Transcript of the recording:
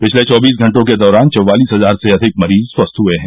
पिछले चौबीस घंटों के दौरान चौवालिस हजार से अधिक मरीज स्वस्थ हुए हैं